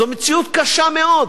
זו מציאות קשה מאוד,